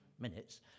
minutes